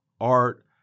art